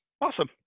awesome